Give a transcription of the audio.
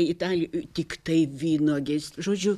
ital i tiktai vynuogės žodžiu